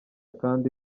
kandi